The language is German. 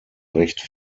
recht